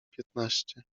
piętnaście